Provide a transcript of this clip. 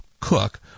Cook